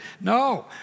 No